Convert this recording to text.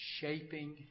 shaping